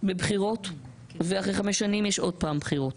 בבחירות ואחרי חמש שנים יש עוד פעם בחירות.